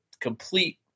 complete